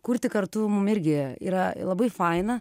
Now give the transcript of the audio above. kurti kartu mum irgi yra labai faina